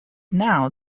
now